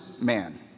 man